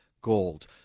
gold